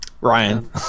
Ryan